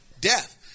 Death